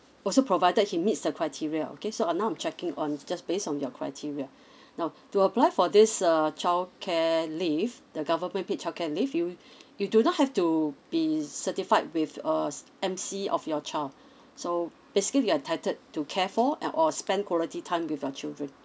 also provided he meets the criteria okay so uh now I'm checking on just based on your criteria now to apply for this uh childcare leave the government paid childcare leave you you do not have to be certified with uh s~ M_C of your child so basically you're entitled to care for and or spend quality time with your children